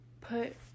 put